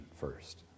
first